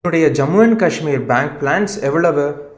என்னுடைய Jammu and Kashmir bank balance எவ்வளவு